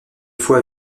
fois